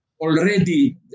already